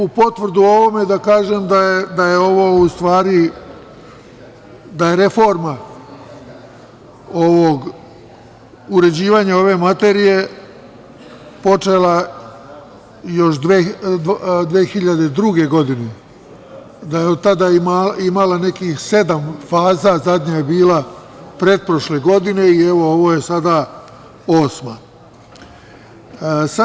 U potvrdu ovome, da kažem da je ovo, u stvari, da je reforma uređivanja ove materije počela još 2002. godine, da je od tada imala nekih sedam faza, zadnja je bila pretprošle godine i, evo, ovo je sada osma.